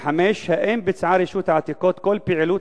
5. האם ביצעה רשות העתיקות כל פעילות